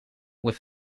with